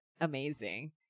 amazing